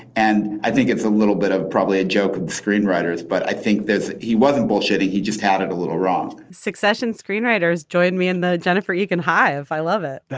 and i think it's a little bit of probably a joke and screenwriters but i think there's he wasn't bullshitting he just had it a little wrong succession screenwriters join me in the. jennifer you can hire. i love it